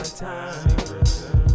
time